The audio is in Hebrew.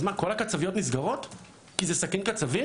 אז מה כל הקצביות נסגרות כי זה סכין קצבים?